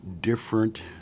different